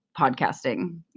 podcasting